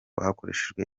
hakoreshejwe